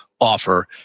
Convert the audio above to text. offer